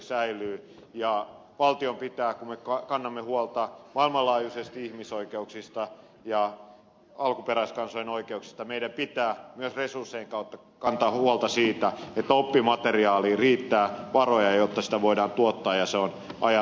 valtion pitää meidän pitää kun me kannamme huolta maailmanlaajuisesti ihmisoikeuksista ja alkuperäiskansojen oikeuksista myös resurssien kautta kantaa huolta siitä että oppimateriaaliin riittää varoja jotta sitä voidaan tuottaa ja se on ajantasaista